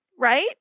right